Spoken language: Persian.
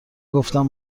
گفتم